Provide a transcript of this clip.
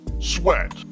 Sweat